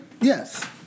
Yes